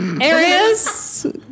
areas